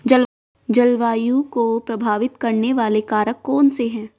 जलवायु को प्रभावित करने वाले कारक कौनसे हैं?